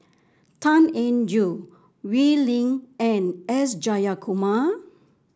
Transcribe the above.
Tan Eng Joo Wee Lin and S Jayakumar